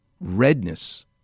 redness